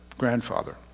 grandfather